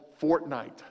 Fortnite